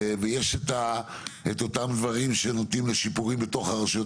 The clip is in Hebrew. ויש את אותם דברים שנותנים לשיפורים בתוך הרשויות